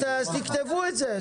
אז תכתבו את זה.